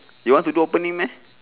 you want to do opening meh